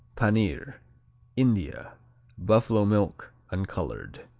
panir india buffalo milk. uncolored.